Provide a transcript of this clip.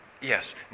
yes